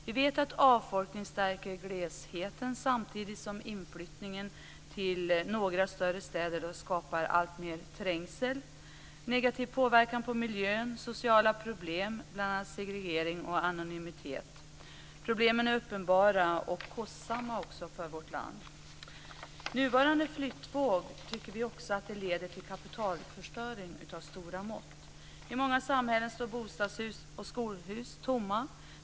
Vi vet att avfolkningen stärker glesheten samtidigt som inflyttningen till några större städer skapar alltmer trängsel, negativ påverkan på miljön och sociala problem, bl.a. segregering och anonymitet. Problemen är uppenbara och kostsamma för vårt land. Nuvarande flyttvåg tycker vi också leder till kapitalförstöring av stora mått. I många samhällen står bostadshus och skolhus tomma.